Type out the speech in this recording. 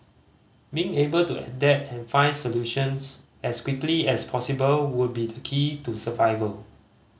being able to adapt and find solutions as quickly as possible would be the key to survival